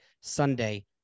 Sunday